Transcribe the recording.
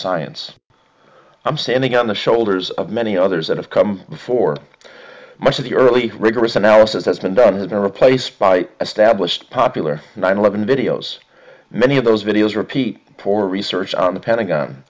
science i'm standing on the shoulders of many others that have come before most of the early rigorous analysis that's been done has been replaced by established popular nine eleven videos many of those videos repeat for research on the pentagon